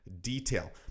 detail